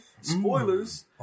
spoilers